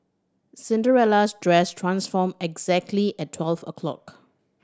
Cinderella's dress transformed exactly at twelve o'clock